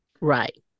Right